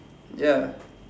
ya